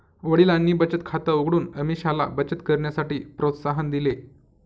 वडिलांनी बचत खात उघडून अमीषाला बचत करण्यासाठी प्रोत्साहन दिले